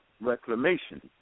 Reclamation